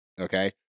okay